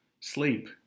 sleep